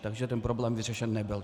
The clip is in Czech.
Takže ten problém vyřešen nebyl.